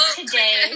today